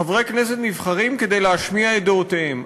חברי כנסת נבחרים כדי להשמיע את דעותיהם.